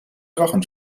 drachen